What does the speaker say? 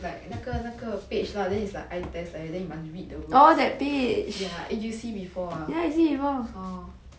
like 那个那个 page lah then is like eye test like that then you must read the words eh you see before ah orh